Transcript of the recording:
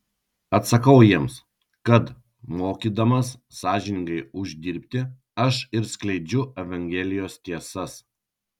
atsakau jiems kad mokydamas sąžiningai uždirbti aš ir skleidžiu evangelijos tiesas